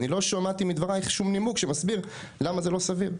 אני לא שמעתי מדברייך שום נימוק שמסביר למה זה לא סביר.